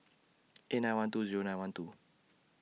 eight nine one two Zero nine one two